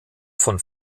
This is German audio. von